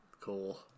Cool